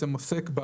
שעוסק,